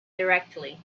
directly